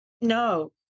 No